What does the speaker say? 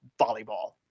volleyball